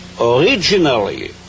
originally